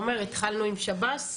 עמר, התחלנו עם שב"ס.